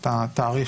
ומשפט.